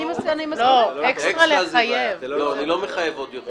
אני לא מחייב את זה.